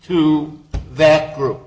to that group